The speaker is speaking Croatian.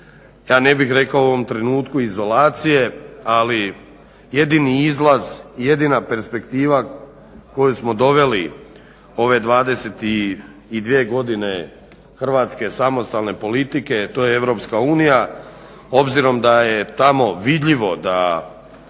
ja ne bih rekao u ovom trenutku izolacija ali jedini izlaz, jedina perspektiva koju smo doveli ove 22 godine hrvatske samostalne politike, to je Europska unija. Obzirom da je tamo vidljivo da